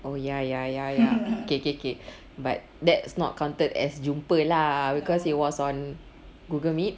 oh ya ya ya ya okay okay okay but that's not counted as jumpa lah because it was on google meet